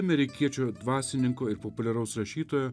amerikiečių dvasininko ir populiaraus rašytojo